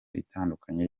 itandukanye